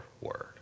word